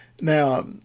Now